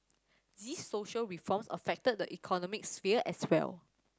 these social reforms affect the economic sphere as well